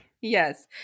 Yes